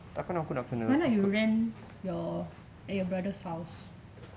why not you rent your at your brother's house